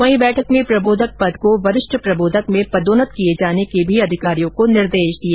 वहीं बैठक में प्रबोधक पद को वरिष्ठ प्रबोधक में पदोन्नत किए जाने के भी अधिकारियों को निर्देश दिए